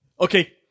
Okay